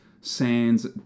Sands